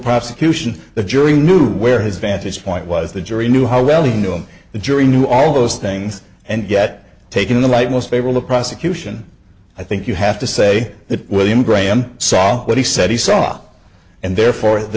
prosecution the jury knew where his vantage point was the jury knew how well he knew him the jury knew all those things and yet taken in the light most favorable prosecution i think you have to say that william graham saw what he said he saw and therefore the